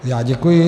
Já děkuji.